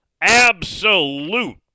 absolute